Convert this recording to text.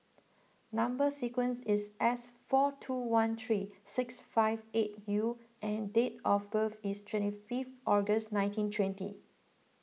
Number Sequence is S four two one three six five eight U and date of birth is twenty fifth August nineteen twenty